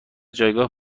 جایگاه